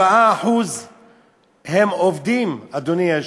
64% מהן הן משפחות של עובדים, אדוני היושב-ראש.